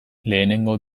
lehenengo